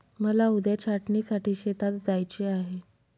मला उद्या छाटणीसाठी शेतात जायचे आहे